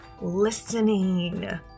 listening